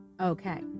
okay